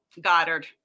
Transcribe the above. goddard